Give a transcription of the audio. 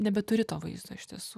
nebeturi to vaizdo iš tiesų